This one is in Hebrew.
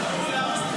25 בעד, 31